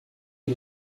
die